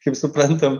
kaip suprantam